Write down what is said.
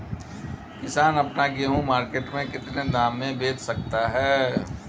किसान अपना गेहूँ मार्केट में कितने दाम में बेच सकता है?